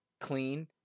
clean